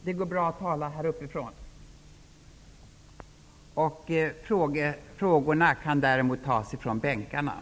Det går bra att ta genmälet från bänkplatsen.